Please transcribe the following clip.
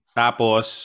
tapos